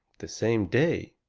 the same day?